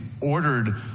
ordered